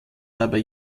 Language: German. dabei